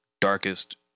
darkest